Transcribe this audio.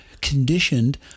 conditioned